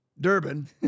Durbin